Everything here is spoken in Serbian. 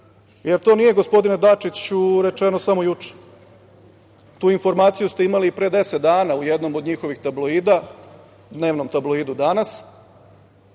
jer to nije, gospodine Dačiću, rečeno samo juče, tu informaciju ste imali pre 10 dana u jednom od njihovih tabloida, dnevnom tabloidu „Danas“,